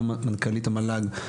מנכ"ל המל"ג,